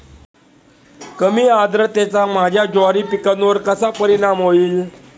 कमी आर्द्रतेचा माझ्या ज्वारी पिकावर कसा परिणाम होईल?